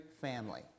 family